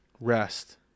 rest